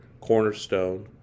Cornerstone